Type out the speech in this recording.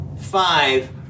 five